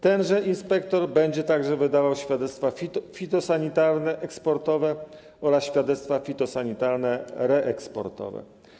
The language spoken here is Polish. Tenże inspektor będzie także wydawał świadectwa fitosanitarne, eksportowe oraz świadectwa fitosanitarne reeksportowe.